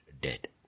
dead